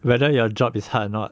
whether your job is hard or not